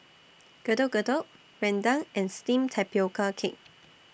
Getuk Getuk Rendang and Steamed Tapioca Cake